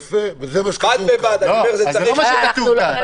יפה, וזה מה שכתוב כאן.